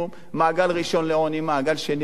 מעגל ראשון של עוני, מעגל שני של עוני.